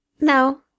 No